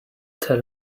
tell